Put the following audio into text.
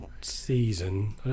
season